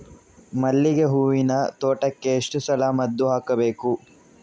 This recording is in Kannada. ಮಲ್ಲಿಗೆ ಹೂವಿನ ತೋಟಕ್ಕೆ ಎಷ್ಟು ಸಲ ಮದ್ದು ಹಾಕಬೇಕು?